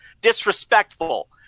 Disrespectful